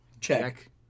Check